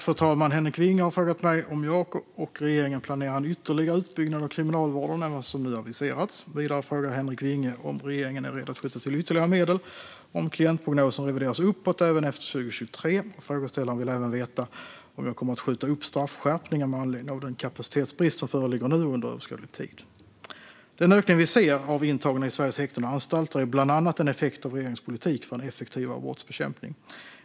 Fru talman! Henrik Vinge har frågat mig om jag och regeringen planerar en ytterligare utbyggnad av Kriminalvården utöver vad som nu aviserats. Vidare frågar Henrik Vinge om regeringen är redo att skjuta till ytterligare medel om klientprognosen revideras uppåt även efter 2023. Frågeställaren vill även veta om jag kommer att skjuta upp straffskärpningar med anledning av den kapacitetsbrist som föreligger nu och under överskådlig tid. Den ökning vi ser av antalet intagna i Sveriges häkten och anstalter är bland annat en effekt av regeringens politik för en effektivare brottsbekämpning.